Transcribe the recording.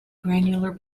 granular